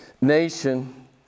nation